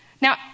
Now